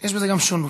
יש בזה גם שונות.